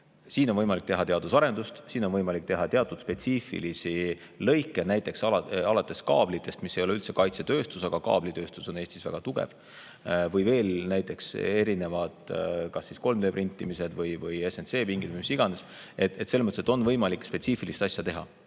siin on võimalik teha teadusarendust, siin on võimalik teha teatud spetsiifilisi töid, näiteks kaableid. See ei ole üldse kaitsetööstus, aga kaablitööstus on Eestis väga tugev. Või näiteks erinevad kas siis 3D-printimised või CNC-pingid või mis iganes. Selles mõttes on võimalik spetsiifilisi töid teha,